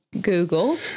Google